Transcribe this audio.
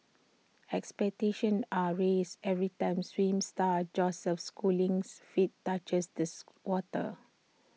expectations are raised every time swim star Joseph schooling's feet touches this water